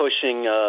pushing